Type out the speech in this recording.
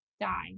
die